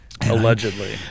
Allegedly